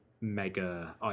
mega